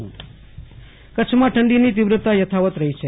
આશુતોષ અંતાણી હવા માન કચ્છમાં ઠંડીની તીવ્રતા યથાવત રહી છે